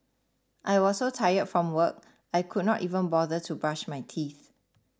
I was so tired from work I could not even bother to brush my teeth